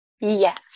Yes